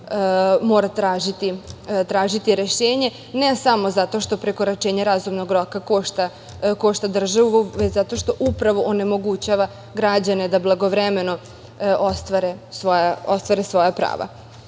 mora tražiti rešenje, ne samo zato što prekoračenje razumnog roka košta državu, već zato što onemogućava građane da blagovremeno ostvare svoja prava.U